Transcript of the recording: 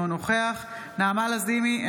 אינו נוכח נעמה לזימי,